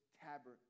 tabernacle